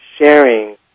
sharing